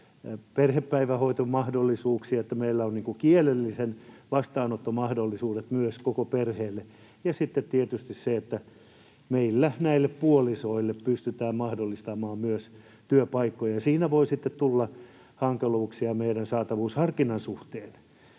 perhepäivähoitomahdollisuuksia, että meillä on kielelliset vastaanottomahdollisuudet myös koko perheelle, ja sitten tietysti se, että meillä myös näille puolisoille pystytään mahdollistamaan työpaikkoja. Siinä voi sitten tulla hankaluuksia meidän saatavuusharkinnan suhteen,